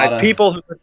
People